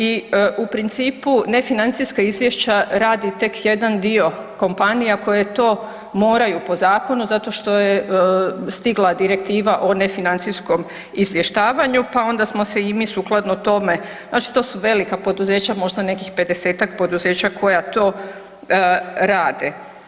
I u principu nefinancijska izvješća radi tek jedan dio kompanija koje to moraju po zakonu zato što je stigla direktiva o nefinancijskom izvještavanju pa onda smo se i mi sukladno tome, znači to su velika poduzeća možda nekih 50-tak poduzeća koja to rade.